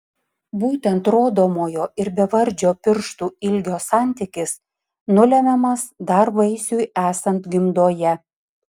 būtent rodomojo ir bevardžio pirštų ilgio santykis nulemiamas dar vaisiui esant gimdoje